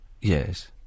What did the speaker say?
Yes